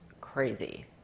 crazy